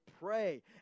pray